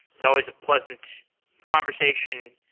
it's always a pleasant conversation,